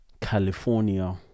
California